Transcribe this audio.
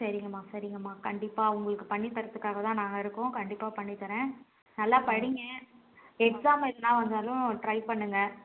சரிங்கம்மா சரிங்கம்மா கண்டிப்பாக உங்களுக்கு பண்ணித் தரத்துக்காக தான் நாங்கள் இருக்கோம் கண்டிப்பாக பண்ணித் தரேன் நல்லா படிங்க எக்ஸாம் எதனா வந்தாலும் ட்ரை பண்ணுங்க